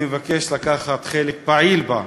אני מבקש לקחת חלק פעיל בה,